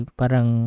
parang